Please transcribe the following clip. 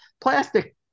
plastic